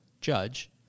judge